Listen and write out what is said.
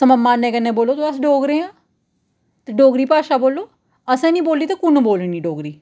सगुआं मान कन्नै बोल्लो अस डोगरें आं ते डोगरी भाशा बोल्लो असें निं बोल्ली ते कु'न्नै बोलनी